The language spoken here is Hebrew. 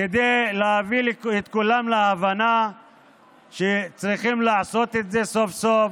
כדי להביא את כולם להבנה שצריכים לעשות את זה סוף-סוף,